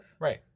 right